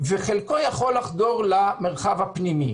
וחלקו יכול לחדור למרחב הפנימי.